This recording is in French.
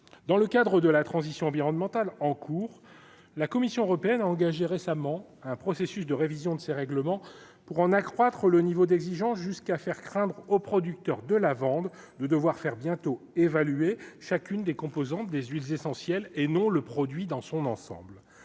dans le cadre de la transition environnementale en cours, la Commission européenne engagé récemment un processus de révision de ces règlements pour en accroître le niveau d'exigence jusqu'à faire craindre aux producteurs de lavande, de devoir faire bientôt évaluer chacune des composantes des huiles essentielles et non le produit dans son ensemble,